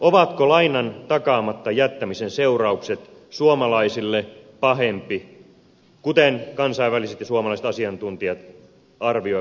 ovatko lainan takaamatta jättämisen seuraukset suomalaisille pahempi kuten kansainväliset ja suomalaiset asiantuntijat arvioivat vaihtoehto